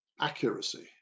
accuracy